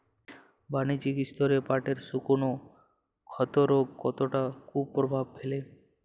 বাণিজ্যিক স্তরে পাটের শুকনো ক্ষতরোগ কতটা কুপ্রভাব ফেলে?